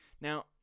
Now